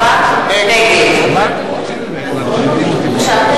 (קוראת בשמות חברי הכנסת) אהוד ברק, נגד מסעוד